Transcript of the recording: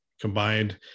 combined